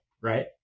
right